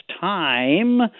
time